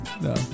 No